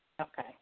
Okay